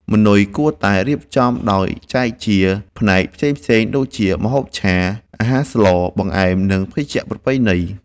ម៉ឺនុយគួរត្រូវបានរៀបចំដោយចែកជាផ្នែកផ្សេងៗដូចជាម្ហូបឆា អាហារស្ល បង្អែម និងភេសជ្ជៈប្រពៃណី។